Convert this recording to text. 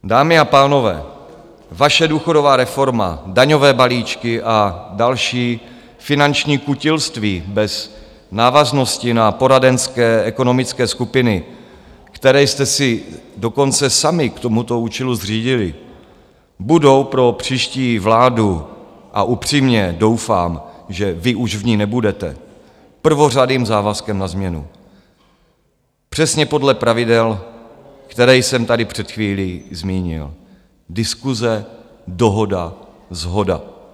Dámy a pánové, vaše důchodová reforma, daňové balíčky a další finanční kutilství bez návaznosti na poradenské ekonomické skupiny, které jste si dokonce sami k tomuto účelu zřídili, budou pro příští vládu a upřímně doufám, že vy už v ní nebudete prvořadým závazkem na změnu přesně podle pravidel, která jsem tady před chvílí zmínil. Diskuse, dohoda, shoda.